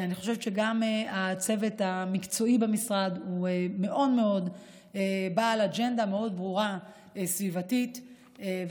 אני חושבת שגם הצוות המקצועי במשרד בעל אג'נדה סביבתית מאוד מאוד ברורה,